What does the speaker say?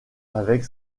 avec